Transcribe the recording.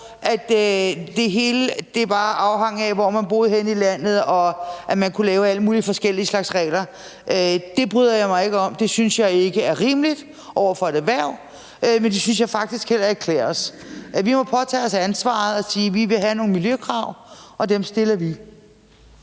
tid, hvor det hele bare afhang af, hvor man boede henne i landet, og at man kunne lave alle mulige forskellige slags regler, bryder jeg mig ikke om. Det synes jeg ikke er rimeligt over for et erhverv, men det synes jeg faktisk heller ikke klæder os. Vi må påtage os ansvaret og sige, at vi vil have nogle miljøkrav, og dem stiller vi.